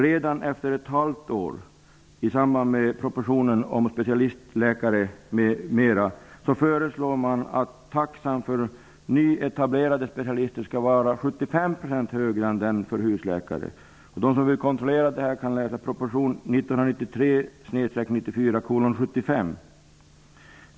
Redan efter ett halvt år, i samband med propositionen om specialistläkare m.m., kom det förslag om att taxan för nyetablerade specialister skall vara 75 % högre än den för husläkare. De som vill kontrollera det här kan läsa proposition 1993/94:75.